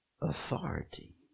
Authority